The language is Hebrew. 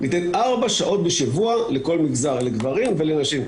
ניתן ארבע שעות בשנה לכל מגזר, לגברים ולנשים.